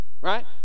right